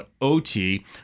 OT